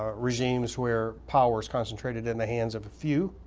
ah regimes where power is concentrated in the hands of a few.